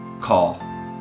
call